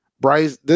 Bryce